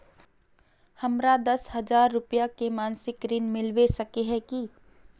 हमरा दस हजार रुपया के मासिक ऋण मिलबे सके है की?